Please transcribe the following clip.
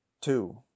Two